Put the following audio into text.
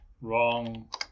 Wrong